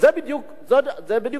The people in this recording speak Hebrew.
זאת בדיוק הבעיה.